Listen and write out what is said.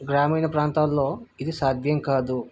గ్రామీణ ప్రాంతాల్లో ఇది సాధ్యం కాదు